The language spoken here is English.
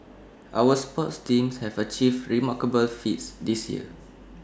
our sports teams have achieved remarkable feats this year